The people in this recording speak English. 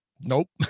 Nope